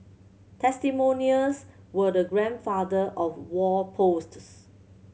testimonials were the grandfather of wall posts